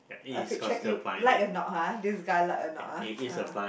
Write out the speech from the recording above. a picture you like or not [huh] this guy like or not [huh] ah